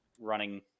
running